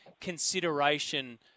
consideration